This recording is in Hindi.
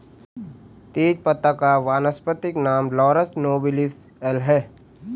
तेजपत्ता का वानस्पतिक नाम लॉरस नोबिलिस एल है